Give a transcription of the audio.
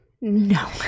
no